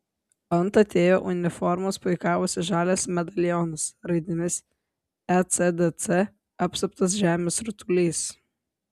ant ateivio uniformos puikavosi žalias medalionas raidėmis ecdc apsuptas žemės rutulys